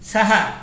Saha